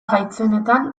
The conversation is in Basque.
gaitzenetan